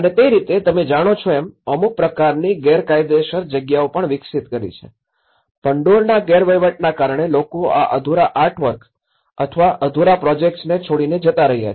અને તે રીતે તમે જાણો છો એમ અમુક પ્રકારની ગેરકાયદેસર જગ્યાઓ પણ વિકસિત કરી છે ભંડોળના ગેરવહીવટના કારણે લોકો આ અધૂરા આર્ટવર્ક અથવા અધૂરા પ્રોજેક્ટ્સને છોડીને જતા રહ્યા છે